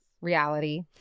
reality